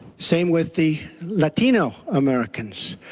same with the latino americans.